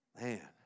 man